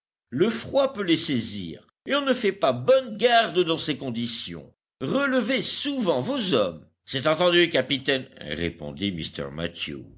le froid peut les saisir et on ne fait pas bonne garde dans ces conditions relevez souvent vos hommes c'est entendu capitaine répondit